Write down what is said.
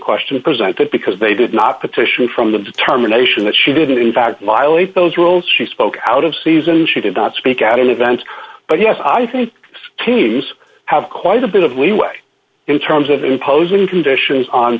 question presented because they did not petition from the determination that she did in fact violate those rules she spoke out of season she did not speak out event but yes i think the teams have quite a bit of leeway in terms of imposing conditions on